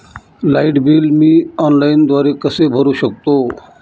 Light bill मी ऑनलाईनद्वारे कसे भरु शकतो?